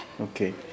Okay